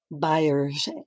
buyers